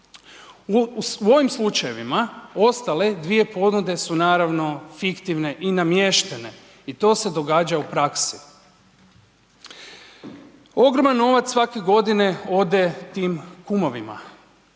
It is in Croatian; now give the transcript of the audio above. U ovim slučajevima ostale dvije ponude su fiktivne i namještene i to se događa u praksi. Ogroman novac svake godine ode tim kumovima